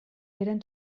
eren